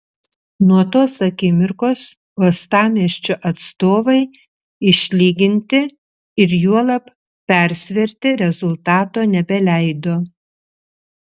nuo tos akimirkos uostamiesčio atstovai išlyginti ir juolab persverti rezultato nebeleido